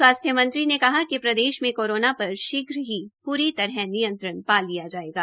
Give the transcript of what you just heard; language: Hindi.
स्वास्थ्य मंत्री ने कहा कि प्रदेश में कोरोना पर शीघ्र ही पूरी तरह नियंत्रण पा लिया जायेगा